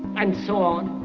and so on.